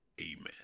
amen